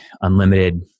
unlimited